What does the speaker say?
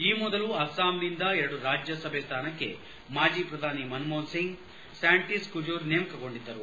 ಈ ಮೊದಲು ಅಸ್ಲಾಂನಿಂದ ಎರಡು ರಾಜ್ಯಸಭೆ ಸ್ಥಾನಕ್ಕೆ ಮಾಜಿ ಪ್ರಧಾನಿ ಮನಮೋಹನ್ ಸಿಂಗ್ ಸ್ವಾಂಟಸ್ ಕುಜುರ್ ನೇಮಕಗೊಂಡಿದ್ದರು